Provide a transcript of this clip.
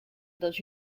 dans